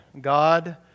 God